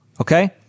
Okay